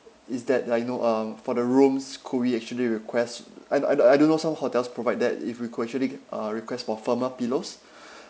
is that like you know um for the rooms could we actually request and I I don't know some hotels provide that if we could actually uh request for firmer pillows